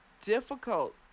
difficult